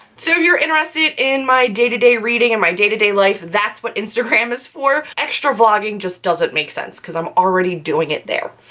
so if you're interested in my day-to-day reading and my day-to day-life, that's what instagram is for. extra vlogging just doesn't make sense because i'm already doing it there.